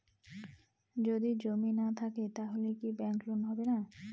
যদি জমি না থাকে তাহলে কি ব্যাংক লোন হবে না?